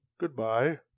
Goodbye